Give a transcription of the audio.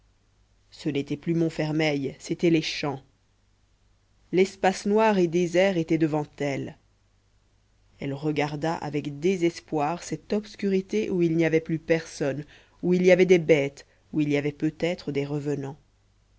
ce n'était plus montfermeil c'étaient les champs l'espace noir et désert était devant elle elle regarda avec désespoir cette obscurité où il n'y avait plus personne où il y avait des bêtes où il y avait peut-être des revenants